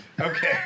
Okay